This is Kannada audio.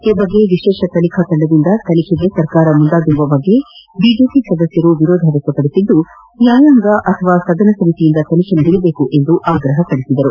ಈ ಬಗ್ಗೆ ವಿಶೇಷ ತನಿಖಾ ತಂಡದಿಂದ ತನಿಖೆಗೆ ಸರ್ಕಾರ ಮುಂದಾಗಿರುವ ಬಗ್ಗೆ ಬಿಜೆಪಿ ಸದಸ್ಯರು ವಿರೋಧ ವ್ನಕ್ತಪಡಿಸಿದ್ದು ನ್ಯಾಯಾಂಗ ಅಥವಾ ಸದನ ಸಮಿತಿಯಿಂದ ತನಿಖೆ ನಡೆಯಬೇಕೆಂದು ಆಗ್ರಹಿಸಿದರು